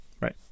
Right